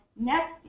Next